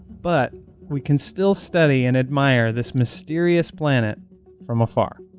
but we can still study and admire this mysterious planet from afar.